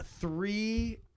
three